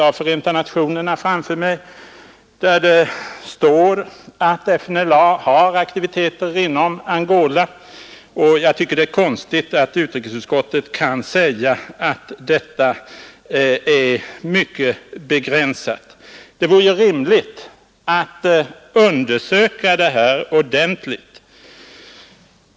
Jag har i min hand ett dokument från Förenta nationerna, där det står att FNLA har aktiviteter inom Angola, och jag tycker att det är konstigt att utskottet kan säga att dessa är mycket begränsade. Det vore ju rimligt att undersöka detta ordentligt.